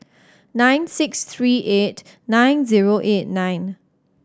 nine six three eight nine zero eight nine